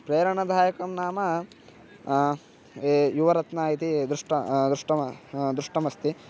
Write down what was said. प्रेरणादायकं नाम ये युवारत्ना इति दृष्ट दृष्टवान् दृष्टमस्ति